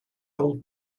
old